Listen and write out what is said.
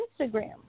Instagram